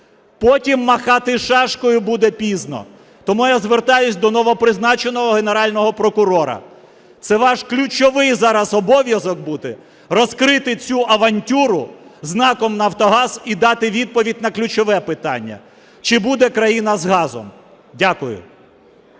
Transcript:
Потім "махати шашкою" буде пізно. Тому я звертаюсь до новопризначеного Генерального прокурора, це ваш ключовий зараз обов'язок буде розкрити цю авантюру з НАК "Нафтогаз" і дати відповідь на ключове питання, чи буде країна з газом. Дякую.